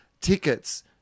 tickets